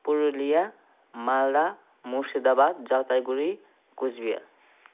Purulia Malda Murshidabad Jalpaiguri Cooch Behar